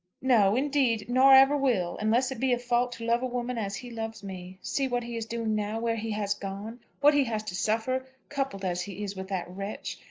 no, indeed! nor ever will unless it be a fault to love a woman as he loves me. see what he is doing now where he has gone what he has to suffer, coupled as he is with that wretch!